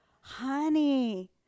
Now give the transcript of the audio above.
honey